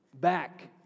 back